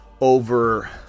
over